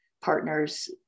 partners